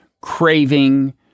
craving